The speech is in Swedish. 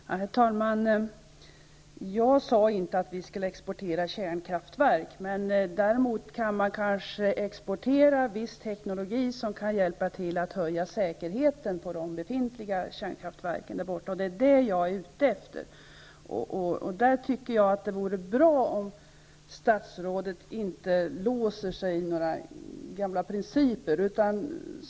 Herr talman! Jag sade inte att vi skulle exportera kärnkraftverk. Däremot kan man kanske exportera viss teknologi som kan hjälpa till att höja säkerheten på de befintliga kärnkraftverken där borta, och det är det jag är ute efter. Där tycker jag att det vore bra att statsrådet inte låste sig i några gamla principer.